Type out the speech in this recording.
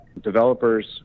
developers